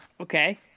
Okay